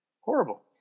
horrible